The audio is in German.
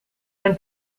dann